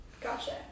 Gotcha